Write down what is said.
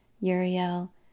Uriel